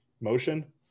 motion